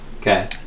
Okay